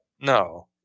No